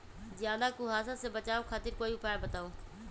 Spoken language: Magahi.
ज्यादा कुहासा से बचाव खातिर कोई उपाय बताऊ?